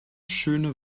schöne